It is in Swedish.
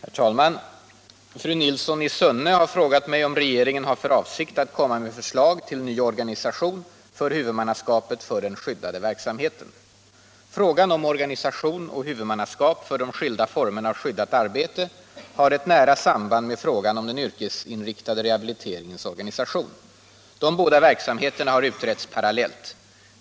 Herr talman! Fru Nilsson i Sunne har frågat mig om regeringen har för avsikt att komma med förslag till ny organisation för huvudmannaskapet för den skyddade verksamheten. Frågan om organisation och huvudmannaskap för de skilda formerna av skyddat arbete har ett nära samband med frågan om den yrkesinriktade rehabiliteringens organisation. De båda verksamheterna har utretts parallellt.